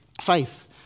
Faith